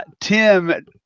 Tim